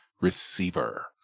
receiver